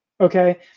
Okay